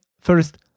first